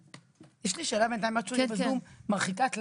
יש לי שאלה בינתיים, מרחיקת לכת.